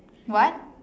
what